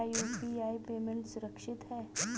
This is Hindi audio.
क्या यू.पी.आई पेमेंट सुरक्षित है?